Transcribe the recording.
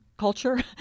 Culture